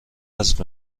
حذف